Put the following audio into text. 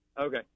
Okay